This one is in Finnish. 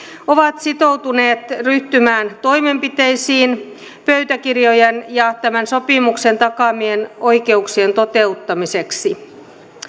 ovat sitoutuneet ryhtymään toimenpiteisiin pöytäkirjojen ja tämän sopimuksen takaamien oikeuksien toteuttamiseksi